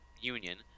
union